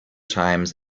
times